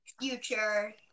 future